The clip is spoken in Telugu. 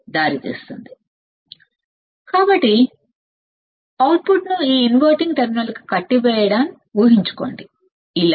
సరే కాబట్టి అవుట్పుట్ను ఈ ఇన్వర్టింగ్ టర్మినల్కు కట్టివేయడం ఉహించుకోండి ఇలా